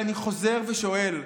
אבל אני חוזר ושואל,